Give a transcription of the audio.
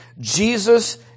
Jesus